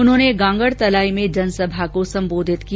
उन्होंने गांगड़तलाई में जनसभा को सम्बोधित किया